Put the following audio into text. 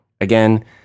Again